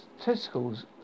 testicles